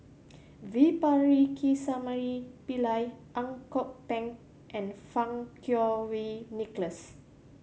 V Pakirisamy Pillai Ang Kok Peng and Fang Kuo Wei Nicholas